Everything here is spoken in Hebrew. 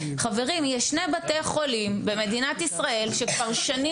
יש שני בתי חולים במדינת ישראל שכבר שנים